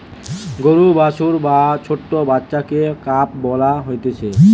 গরুর বাছুর বা ছোট্ট বাচ্চাকে কাফ বলা হতিছে